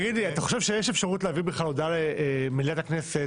אתה חושב שיש אפשרות להביא הודעה למליאת הכנסת